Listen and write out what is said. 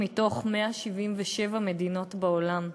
מתוך 177 מדינות עולם.